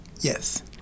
Yes